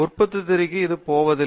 உற்பத்தித் துறைக்கு இது போவதில்லை